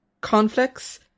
conflicts